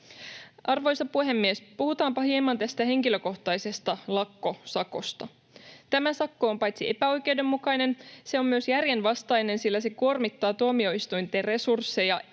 Arvoisa puhemies! Puhutaanpa hieman tästä henkilökohtaisesta lakkosakosta. Tämä sakko on paitsi epäoikeudenmukainen, se on myös järjenvastainen, sillä se kuormittaa tuomioistuinten resursseja